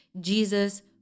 jesus